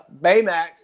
Baymax